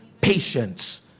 Patience